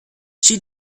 she